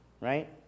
right